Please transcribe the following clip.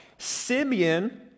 Simeon